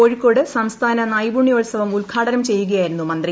കോഴിക്കോട് സംസ്ഥാന നൈപുണ്യോത്സവം ഉദ്ഘാടനം ചെയ്യുകയായിരുന്നു മന്ത്രി